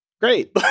great